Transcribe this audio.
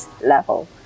level